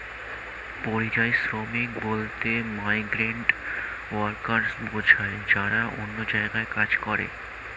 পরিযায়ী শ্রমিক বলতে মাইগ্রেন্ট ওয়ার্কার বোঝায় যারা অন্য জায়গায় কাজ করে